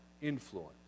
influence